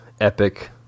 epic